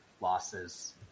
losses